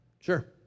Sure